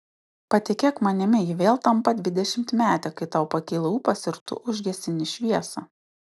patikėk manimi ji vėl tampa dvidešimtmetė kai tau pakyla ūpas ir tu užgesini šviesą